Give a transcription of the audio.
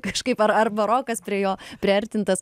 kažkaip ar ar barokas prie jo priartintas